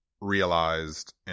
realized